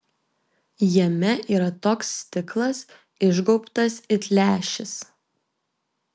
jame yra toks stiklas išgaubtas it lęšis